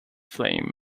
flame